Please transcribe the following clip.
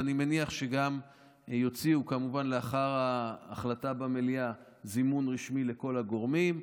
ואני מניח שלאחר ההחלטה במליאה יוציאו זימון רשמי לכל הגורמים.